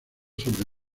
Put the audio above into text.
sobre